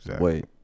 Wait